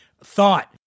thought